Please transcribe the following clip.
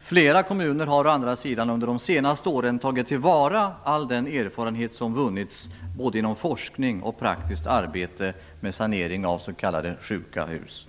Flera kommuner har å andra sidan under de senaste åren tagit till vara all den erfarenhet som vunnits både inom forskning och praktiskt arbete med sanering av s.k. sjuka hus.